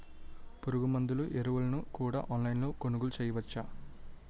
పురుగుమందులు ఎరువులను కూడా ఆన్లైన్ లొ కొనుగోలు చేయవచ్చా?